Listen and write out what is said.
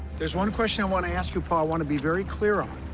there's one question i want to ask you, paul i want to be very clear on,